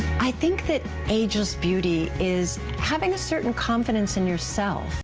i think that ageless beauty is having certain confidence in yourself.